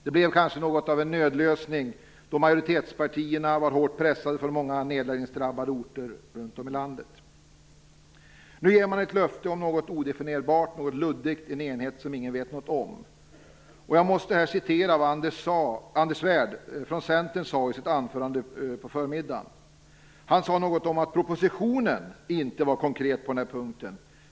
Det blev kanske något av en nödlösning då majoritetspartierna var hårt pressade från många nedläggningsdrabbade orter runt om i landet. Nu ger man ett löfte om något odefinierbart, något luddigt, en enhet som ingen vet något om. Jag måste här återge vad Anders Svärd från Centern sade i sitt anförande på förmiddagen. Han sade något om att propositionen inte var konkret på den här punkten.